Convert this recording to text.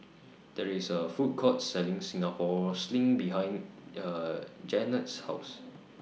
There IS A Food Court Selling Singapore Sling behind Jannette's House